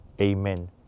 Amen